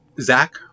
Zach